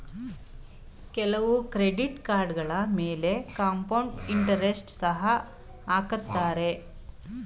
ಕೆಲವು ಕ್ರೆಡಿಟ್ ಕಾರ್ಡುಗಳ ಮೇಲೆ ಕಾಂಪೌಂಡ್ ಇಂಟರೆಸ್ಟ್ ಸಹ ಹಾಕತ್ತರೆ